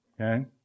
Okay